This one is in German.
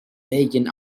belgien